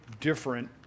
different